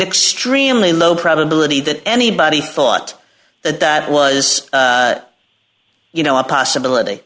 extremely low probability that anybody thought that that was you know a possibility